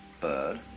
bird